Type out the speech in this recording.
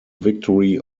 victory